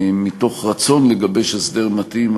מתוך רצון לגבש הסדר מתאים,